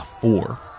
four